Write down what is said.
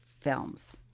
films